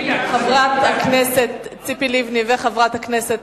חברת הכנסת ציפי לבני וחברת הכנסת